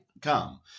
come